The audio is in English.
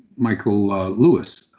michael ah lewis,